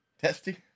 Testy